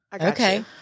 Okay